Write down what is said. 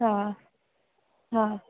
हा हा